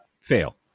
Fail